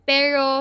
Pero